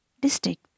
district